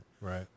Right